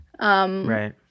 Right